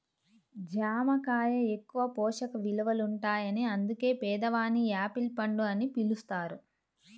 జామ కాయ ఎక్కువ పోషక విలువలుంటాయని అందుకే పేదవాని యాపిల్ పండు అని పిలుస్తారు